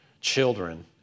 children